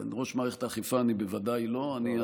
ראש מערכת האכיפה אני בוודאי לא.